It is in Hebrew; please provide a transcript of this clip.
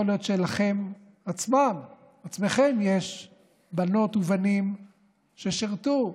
יכול להיות שלכם עצמכם יש בנות ובנים ששירתו,